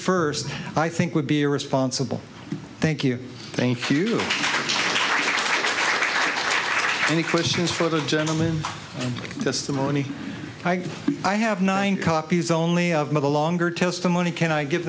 first i think would be irresponsible thank you thank you any questions for the gentleman testimony i have nine copies only of the longer testimony can i give